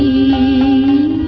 e